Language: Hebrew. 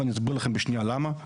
ואני אסביר לכם בשנייה למה.